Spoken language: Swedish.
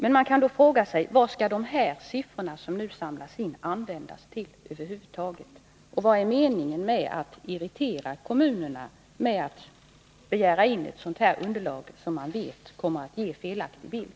Men man kan då ställa frågan: Vad skall de siffror som nu har samlats in över huvud taget användas till, och vad är meningen med att irritera kommunera med att begära in ett sådant här underlag som man vet kommer att ge en felaktig bild?